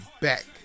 back